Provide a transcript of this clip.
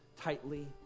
tightly